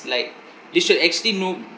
like they should actually know